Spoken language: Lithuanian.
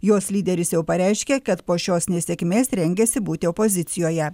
jos lyderis jau pareiškė kad po šios nesėkmės rengiasi būti opozicijoje